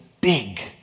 big